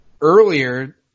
earlier